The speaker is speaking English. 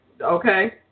okay